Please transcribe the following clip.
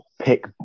pick